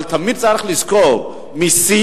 אבל תמיד צריך לזכור מסים,